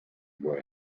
boy